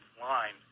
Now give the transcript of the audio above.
line